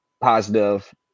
positive